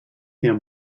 him